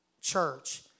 church